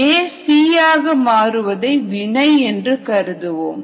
A C ஆக மாறுவதை வினை என்று கருதுவோம்